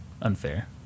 Unfair